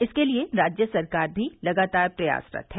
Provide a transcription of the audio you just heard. इसके लिये राज्य सरकार भी लगातार प्रयासरत है